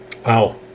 Wow